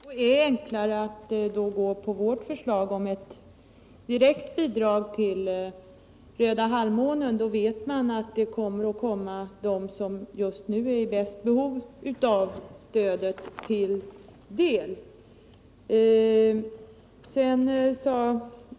Herr talman! Jag konstaterar att det är enklare enligt vårt förslag, som innebär att vi lämnar ett direkt bidrag till Röda halvmånen. Då vet man att medlen når just dem som har det största behovet.